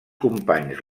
companys